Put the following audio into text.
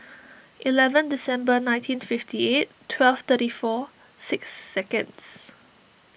eleven December nineteen fifty eight twelve thirty four six seconds